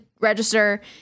register